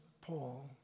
Paul